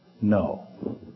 No